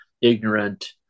ignorant